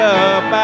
up